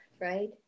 right